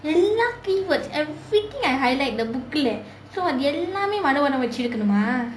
எல்லாம்:ellaam keywords everything I highlight இந்த:intha book லே:lae so அது எல்லாமே மனப்பாடம் வச்சிருக்குனுமா:athu ellaamae manappaadam vachirukkunumaa